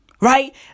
right